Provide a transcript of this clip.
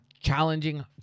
challenging